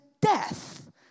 death